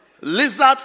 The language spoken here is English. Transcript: lizard